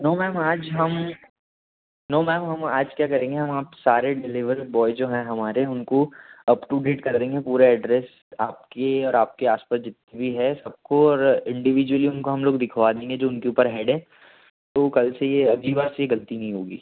no ma'am आज हम no ma'am हम आज क्या करेंगे हम आप सारे डिलीवर बॉय जो हैं हमारे उनको अप टू डेट कर देंगे पूरा एड्रेस आपके और आपके आस पास जितने भी है सबको और इंडिविजुअली उनको हम लोग दिखवा देंगे जो उनके ऊपर हेड है तो कल से ये अगली बार से ये गलती नहीं होगी